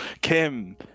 kim